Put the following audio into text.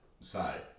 say